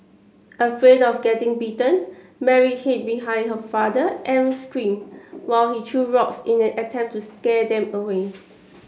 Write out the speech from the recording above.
afraid of getting bitten Mary hid behind her father and screamed while he threw rocks in an attempt to scare them away